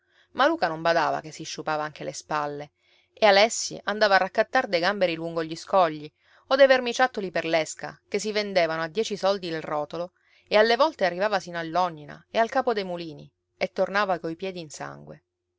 ma luca non badava che si sciupava anche le spalle e alessi andava a raccattar dei gamberi lungo gli scogli o dei vermiciattoli per l'esca che si vendevano a dieci soldi il rotolo e alle volte arrivava sino all'ognina e al capo dei mulini e tornava coi piedi in sangue